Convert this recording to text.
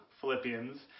philippians